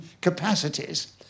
capacities